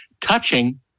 touching